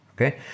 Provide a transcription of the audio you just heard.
Okay